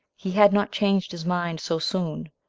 he had not changed his mind so soon.